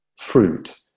fruit